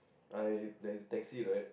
right there is taxi right